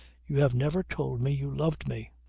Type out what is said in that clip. you have never told me you loved me.